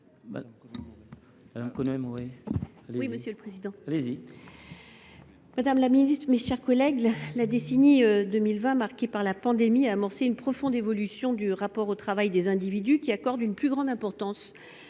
l’amendement n° 47 rectifié. La décennie 2020, marquée par la pandémie, a amorcé une profonde évolution du rapport au travail des individus, qui accordent une plus grande importance